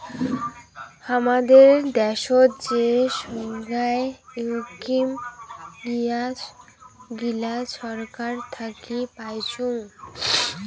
হামাদের দ্যাশোত যে সোগায় ইস্কিম গিলা ছরকার থাকি পাইচুঙ